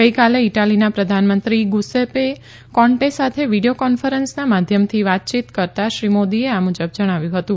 ગઈકાલે ઇટાલીના પ્રધાનમંત્રી ગુસુપે કોન્ટે સાથે વિડિયો કોન્ફરન્સ માધ્યમથી વાતચીત કરતાં શ્રી મોદીએ આ મુજબ જણાવ્યું હતું